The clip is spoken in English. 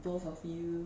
both of you